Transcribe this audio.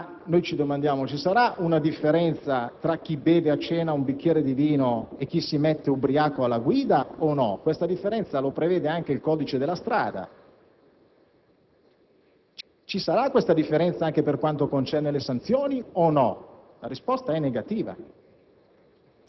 e, comunque, a maggior ragione, prima di mettersi alla guida di qualsiasi mezzo. Ci domandiamo: ci sarà una differenza tra chi beve a cena un bicchiere di vino e chi si mette ubriaco alla guida? Questa differenza la prevede anche il codice della strada.